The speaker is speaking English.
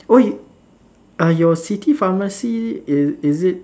oh y~ uh your city pharmacy is is it